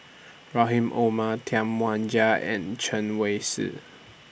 Rahim Omar Tam Wai Jia and Chen Wen Hsi